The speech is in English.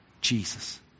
Jesus